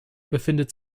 befindet